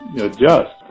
adjust